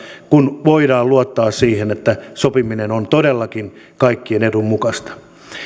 kun voidaan luottaa siihen että sopiminen on todellakin kaikkien edun mukaista